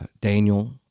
Daniel